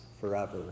forever